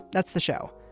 that's the show.